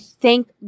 thank